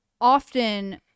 often